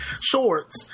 shorts